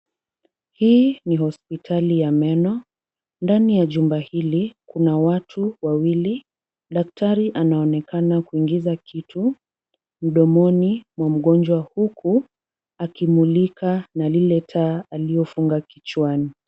Hii ni hospitali ya meno. Ndani ya jumba hili, kuna watu wawili. Daktari anaonekana kuingiza kitu mdomoni mwa mgonjwa huku akimulika na lile taa aliolifunga kichwani.